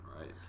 right